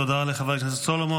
תודה לחבר הכנסת סולומון.